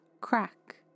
crack